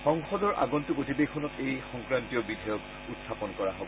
সংসদৰ আগন্তক অধিবেশনত এই সংক্ৰান্তীয় বিধেয়ক উখাপন কৰা হ'ব